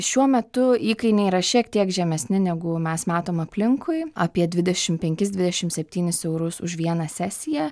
šiuo metu įkainiai yra šiek tiek žemesni negu mes matom aplinkui apie dvidešimt penkis dvidešimt septynis eurus už vieną sesiją